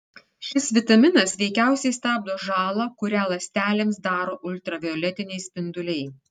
šis vitaminas veikiausiai stabdo žalą kurią ląstelėms daro ultravioletiniai spinduliai